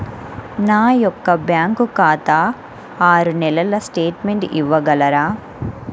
నా యొక్క బ్యాంకు ఖాతా ఆరు నెలల స్టేట్మెంట్ ఇవ్వగలరా?